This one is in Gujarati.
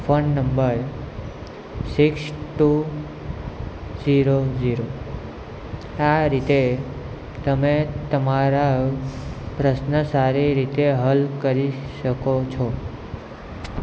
phone number six two zero zero આ રીતે તમે તમારા પ્રશ્ન સારી રીતે હલ કરી શકો છો